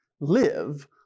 live